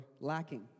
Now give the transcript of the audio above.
lacking